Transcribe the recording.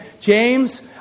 James